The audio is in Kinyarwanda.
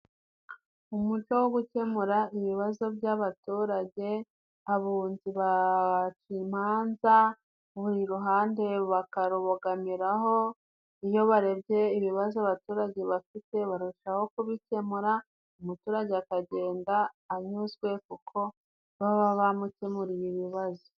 Umuco wo gukemura ibibazo by'abaturage, abunzi baca imanza buri ruhande bakarubogamiraho. Iyo barebye ibibazo abaturage bafite barushaho kubikemura, umuturage akagenda anyuzwe kuko baba bamukemuriye ibibazo.